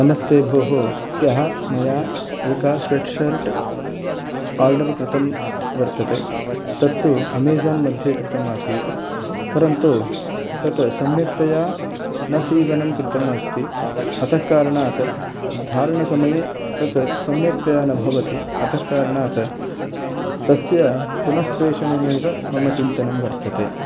नमस्ते भोः ह्यः मया एकः स्वेट् शार्ट् आर्डर् कृतं वर्तते तत् तु अमेजोन् मध्ये कृतम् आसीत् परन्तु तत् सम्यक्तया न सीवनं कृतं अस्ति अतः कारणात् धारणसमये तत् सम्यक्तया न भवति अतः कारणात् तस्य पुनः प्रेषणमेव मम चिन्तनं वर्तते